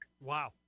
Wow